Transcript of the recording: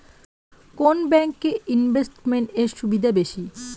কোন ব্যাংক এ ইনভেস্টমেন্ট এর সুবিধা বেশি?